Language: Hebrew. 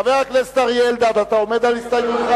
חבר הכנסת אריה אלדד, אתה עומד על הסתייגותך?